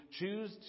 choose